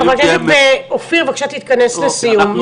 חבר הכנסת אופיר, בבקשה תתכנס לסיום.